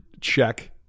check